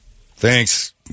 Thanks